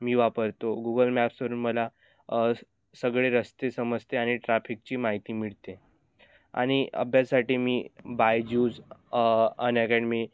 मी वापरतो गुगल मॅप्सवरून मला सगळे रस्ते समजते आणि ट्राफिकची माहिती मिळते आणि अभ्यासासाठी मी बायज्यूज अनअकॅडमी